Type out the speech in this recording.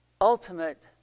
ultimate